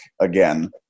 again